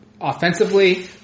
Offensively